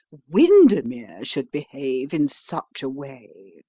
windermere should behave in such a way.